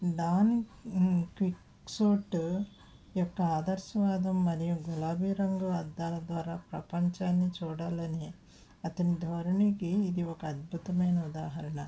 don Quixote యొక్క ఆదర్శవాదం మరియు గులాబి రంగు అద్దాల ద్వారా ప్రపంచాన్ని చూడాలని అతని ధోరణికి ఇది ఒక్క అద్భుతమైన ఉదాహరణ